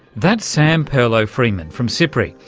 that's sam perlo-freeman from sipri,